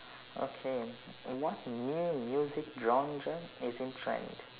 okay what new music genre is in trend